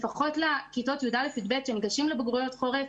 לפחות לכיתות שניגשות לבגרויות חורף,